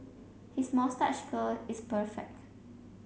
his moustache curl is perfect